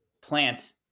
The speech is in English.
plant